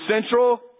central